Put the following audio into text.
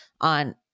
on